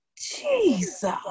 Jesus